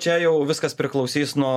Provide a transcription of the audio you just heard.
čia jau viskas priklausys nuo